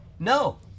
No